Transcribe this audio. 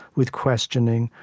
with questioning,